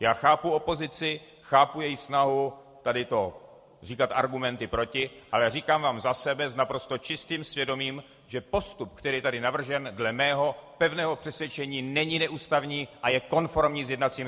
Já chápu opozici, chápu její snahu říkat tady argumenty proti, ale říkám vám za sebe s naprosto čistým svědomím, že postup, který je tady navržen, dle mého pevného přesvědčení není neústavní a je konformní s jednacím řádem.